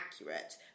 accurate